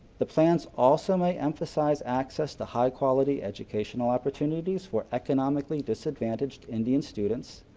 the plans also may emphasize access to high quality educational opportunities for economically disadvantaged indian students,